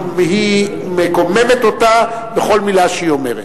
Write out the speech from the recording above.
אם היא מקוממת אותה בכל מלה שהיא אומרת.